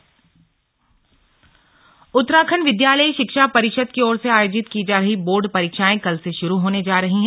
slug board परीक्षा उत्तराखण्ड विद्यालयी शिक्षा परिषद की ओर से आयोजित की जा रही बोर्ड परीक्षाएं कल से शुरु होने जा रही है